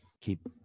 keep